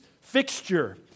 fixture